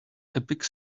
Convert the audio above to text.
epic